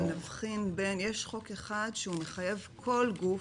יש חוק אחד שמחייב כל גוף,